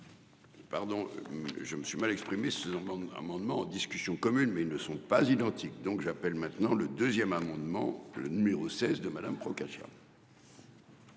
Pardon. Je me suis mal exprimé selon dans amendements en discussion commune mais ils ne sont pas identiques, donc j'appelle maintenant le 2ème amendement le numéro 16 de Madame Procaccia.